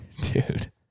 Dude